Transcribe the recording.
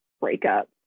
breakup